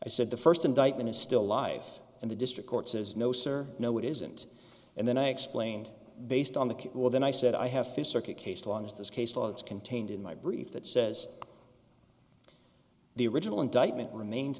i said the first indictment is still life and the district court says no sir no it isn't and then i explained based on the will then i said i have fifth circuit case long as this case law is contained in my brief that says the original indictment remains